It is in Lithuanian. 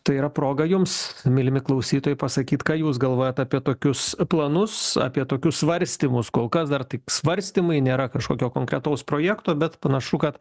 tai yra proga jums mylimi klausytojai pasakyt ką jūs galvojat apie tokius planus apie tokius svarstymus kol kas dar tik svarstymai nėra kažkokio konkretaus projekto bet panašu kad